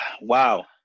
Wow